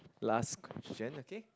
last Christianity